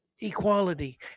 equality